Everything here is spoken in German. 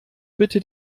bitte